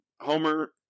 Homer